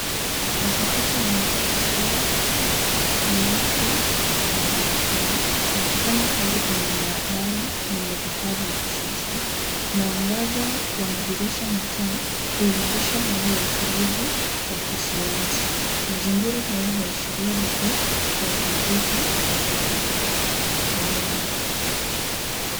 Watafiti wa kitalaam wamevaa kofia meupe na barakoa wakifanya kazi kwenye maabara yenye vifaa vya kisasa ,mwangaza wa madirisha na taa kuimarisha hali ya utulivu wa kisayansi mazingira haya huashiria bidii ya utafiti wa kitaalam.